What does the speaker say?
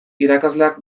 irakasleak